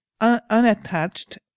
unattached